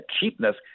cheapness